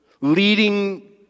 leading